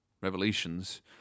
revelations